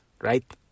right